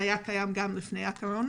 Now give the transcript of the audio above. שהיו קיימות גם עוד לפני הקורונה,